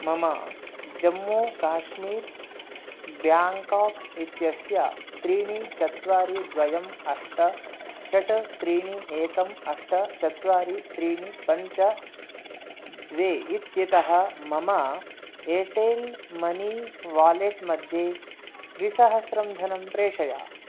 मम जम्मू काश्मीर् ब्याङ्काक् इत्यस्य त्रीणि चत्वारि द्वयम् अष्ट षट् त्रीणि एकम् अष्ट चत्वारि त्रीणि पञ्च द्वे इत्यतः मम एर्टेल् मनी वालेट् मध्ये द्विसहस्रं धनं प्रेषय